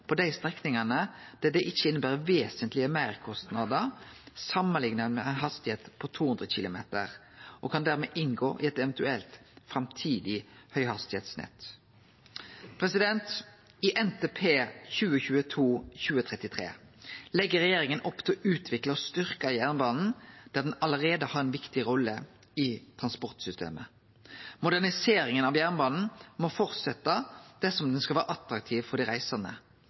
på dei strekningane der det ikkje inneber vesentlege meirkostnader samanlikna med ei hastigheit på 200 km/t. Dermed kan dei inngå i eit eventuelt framtidig høghastigheitsnett. I NTP 2022–2033 legg regjeringa opp til å utvikle og styrkje jernbanen der han allereie har ei viktig rolle i transportsystemet. Moderniseringa av jernbanen må fortsetje dersom han skal vere attraktiv for dei reisande.